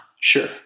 sure